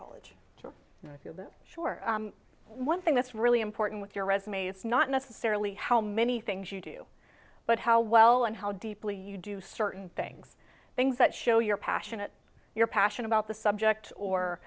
college sure one thing that's really important with your resume is not necessarily how many things you do but how well and how deeply you do certain things things that show your passionate your passion about the subject or